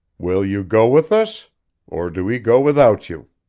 will you go with us or do we go without you?